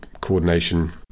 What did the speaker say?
coordination